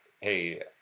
hey